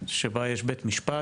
שבה יש בית-משפט,